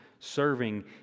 serving